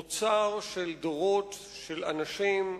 אוצר של דורות של אנשים,